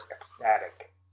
ecstatic